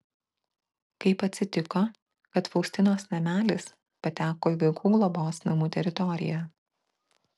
kaip atsitiko kad faustinos namelis pateko į vaikų globos namų teritoriją